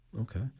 Okay